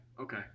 okay